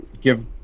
give